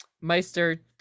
Meister